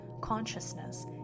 consciousness